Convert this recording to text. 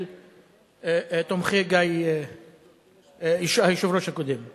של תומכי היושב-ראש הקודם.